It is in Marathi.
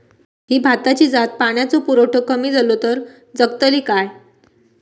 ही भाताची जात पाण्याचो पुरवठो कमी जलो तर जगतली काय?